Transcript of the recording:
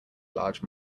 large